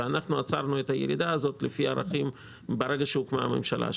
ואנחנו עצרנו את הירידה הזו לפני ערכים ברגע שהוקמה הממשלה.